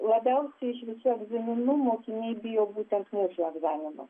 labiausiai iš visų egzaminų mokiniai bijo būtent mūsų egzamino